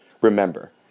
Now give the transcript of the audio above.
remember